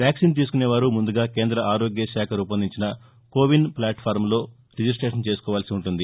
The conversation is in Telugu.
వ్యాక్సిన్ తీసుకునేవారు ముందుగా కేంద్ర ఆరోగ్యశాఖ రూపొందించిన కోవిన్ ఫ్లాట్ఫామ్లో రిజిస్టేషన్ చేసుకోవాల్సి ఉంటుంది